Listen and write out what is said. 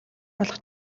болох